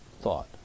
thought